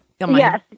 yes